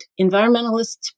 environmentalists